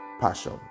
passion